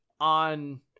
on